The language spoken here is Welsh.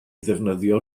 ddefnyddio